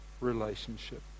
relationship